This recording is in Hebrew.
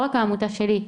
לא רק העמותה שלי,